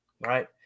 right